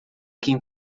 quem